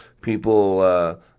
people